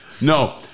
No